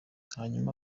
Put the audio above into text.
hanyuma